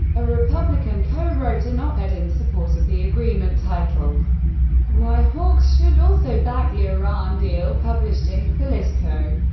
a republican, co-wrote an op-ed in support of the agreement titled why hawks should also back the iran deal published in politico.